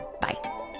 Bye